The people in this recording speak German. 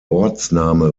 ortsname